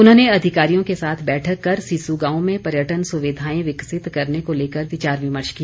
उन्होंने अधिकारियों के साथ बैठक कर सिस्सु गांव में पर्यटन सुविधाएं विकसित करने को लेकर विचार विमर्श किया